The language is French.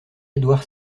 édouard